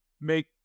make